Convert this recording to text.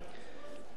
אני מקווה,